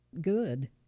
good